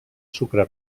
sucre